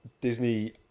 Disney